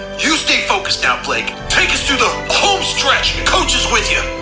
you stay focused now, blake! take through the home-stretch. coach is with ya!